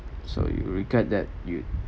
so you regret that you